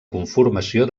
conformació